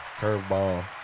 Curveball